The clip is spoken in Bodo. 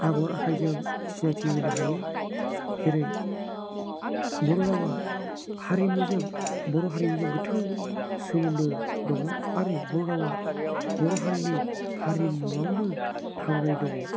आगर आखाइजों सिनायथि होनो हायो जेरै बर' रावा हारिमुजों बर' हारिमुजों गोथौ सोमोन्दो दङ आरो बर' रावा बर' हारिनि हारिमुआवनो थांनानै दङ